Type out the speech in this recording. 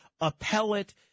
appellate